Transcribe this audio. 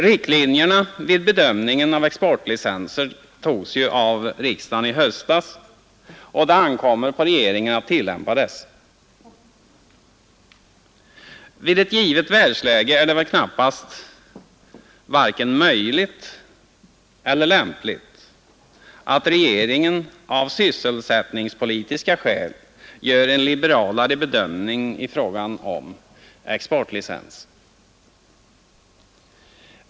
Riktlinjerna vid bedömning av exportlicenser togs ju av riksdagen i höstas, och det ankommer på regeringen att tillämpa dessa. Vid ett givet världsläge är det väl knappast varken möjligt eller lämpligt att regeringen av sysselsättningspolitiska skäl gör en liberalare bedömning i fråga om exportlicenser.